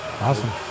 Awesome